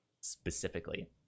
specifically